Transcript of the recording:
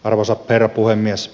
arvoisa herra puhemies